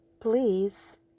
please